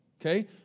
okay